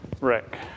Rick